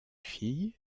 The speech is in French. fille